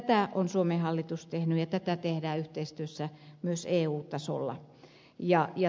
tätä on suomen hallitus tehnyt ja tätä tehdään yhteistyössä myös eu tasolla